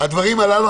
הדברםי הללו,